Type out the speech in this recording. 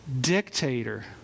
dictator